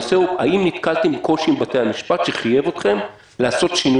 האם נתקלתם בקושי בבתי המשפט שחייב אתכם לעשות שינוי